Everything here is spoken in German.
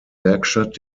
werkstatt